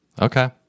Okay